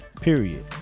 period